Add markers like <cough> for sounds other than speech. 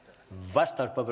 on <unintelligible>